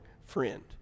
friend